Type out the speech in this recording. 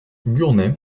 gournay